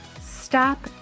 Stop